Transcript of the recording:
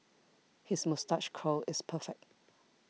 his moustache curl is perfect